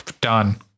Done